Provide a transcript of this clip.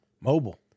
Mobile